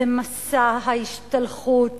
זה מסע ההשתלחות